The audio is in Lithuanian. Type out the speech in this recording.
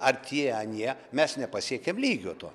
ar tie anie mes nepasiekėm lygio to